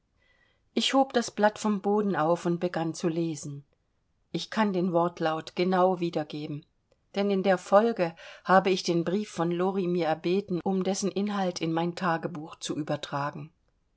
ich hob das blatt vom boden auf und begann zu lesen ich kann den wortlaut genau wiedergeben denn in der folge habe ich den brief von lori mir er beten um dessen inhalt in mein tagebuch zu übertragen